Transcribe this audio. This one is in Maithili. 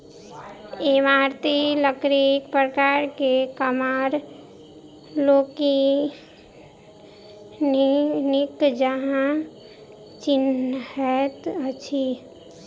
इमारती लकड़ीक प्रकार के कमार लोकनि नीक जकाँ चिन्हैत छथि